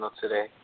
today